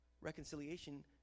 Reconciliation